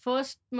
First